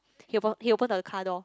he will op~ he will open the car door